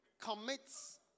commits